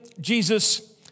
Jesus